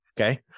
okay